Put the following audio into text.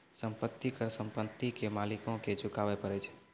संपत्ति कर संपत्ति के मालिको के चुकाबै परै छै